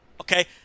okay